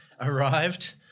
arrived